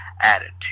attitude